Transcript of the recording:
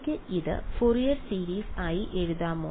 എനിക്ക് ഇത് Fourier series ആയി എഴുതാമോ